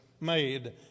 made